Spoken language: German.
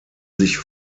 sich